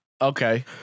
Okay